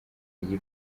y’i